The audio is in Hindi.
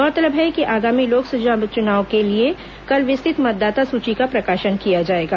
गौरतलब है कि आगामी लोकसभा चुनाव के लिए कल विस्तृत मतदाता सूची का प्रकाशन किया जाएगा